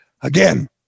Again